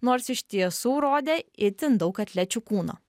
nors iš tiesų rodė itin daug atlečių kūno